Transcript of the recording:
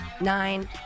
nine